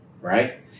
Right